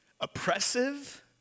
oppressive